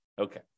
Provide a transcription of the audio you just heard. Okay